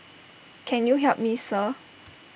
can you help me sir